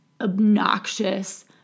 obnoxious